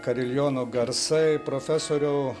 kariliono garsai profesoriau